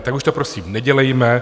Tak už to prosím nedělejme.